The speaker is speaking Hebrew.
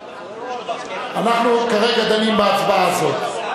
אנחנו כרגע דנים בהצבעה הזאת.